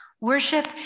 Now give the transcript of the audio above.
Worship